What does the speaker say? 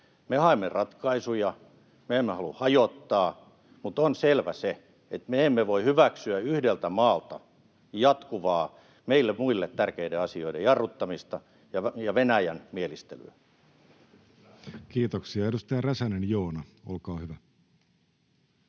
Me haemme ratkaisuja, me emme halua hajottaa, mutta on selvää, että me emme voi hyväksyä yhdeltä maalta jatkuvaa meille muille tärkeiden asioiden jarruttamista ja Venäjän mielistelyä. Kiitoksia. — Edustaja Räsänen, Joona, olkaa hyvä.